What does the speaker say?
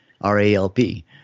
R-A-L-P